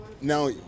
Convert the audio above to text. now